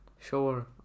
Sure